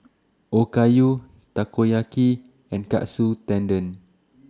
Okayu Takoyaki and Katsu Tendon